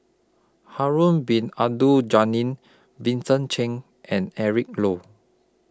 Harun Bin Abdul Ghani Vincent Cheng and Eric Low